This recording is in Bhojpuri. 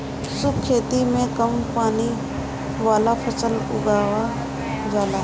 शुष्क खेती में कम पानी वाला फसल उगावल जाला